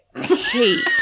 hate